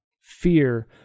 Fear